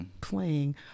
playing